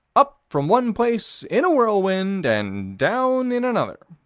up from one place, in a whirlwind, and down in another.